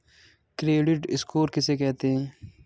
Credit score किसे कहते हैं?